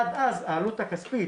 עד אז העלות הכספית,